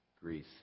Greece